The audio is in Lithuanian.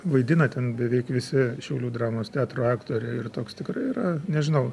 vaidina ten beveik visi šiaulių dramos teatro aktoriai ir toks tikrai yra nežinau